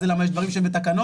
זה למה יש דברים שהם בתקנות,